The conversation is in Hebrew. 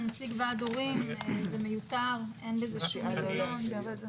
זה מיותר ואין בזה היגיון.